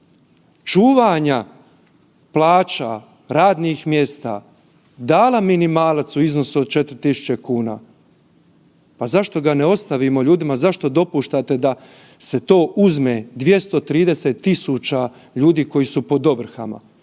čuvanja plaća, radnih mjesta dala minimalac u iznosu od 4.000 kuna, zašto ga ne ostavimo ljudima, zašto dopuštate da se to uzme 230.000 ljudi koji su pod ovrhama?